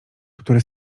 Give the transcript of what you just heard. który